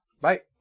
bye